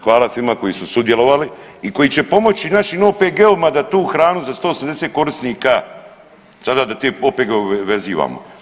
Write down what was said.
Hvala svima koji su sudjelovali i koji će pomoći našim OPG-ovima da tu hranu za 180 korisnika, sada da te OPG-ove vezivamo.